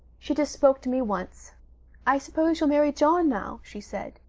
she just spoke to me once i suppose you'll marry john now she said.